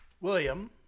William